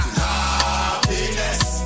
happiness